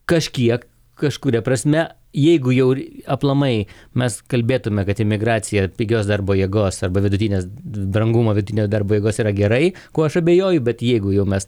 kažkiek kažkuria prasme jeigu jau aplamai mes kalbėtume kad emigracija pigios darbo jėgos arba vidutinės drangumo vidutinio darbo jėgos yra gerai kuo aš abejoju bet jeigu jau mes